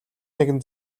нэгэн